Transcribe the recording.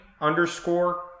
underscore